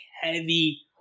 heavy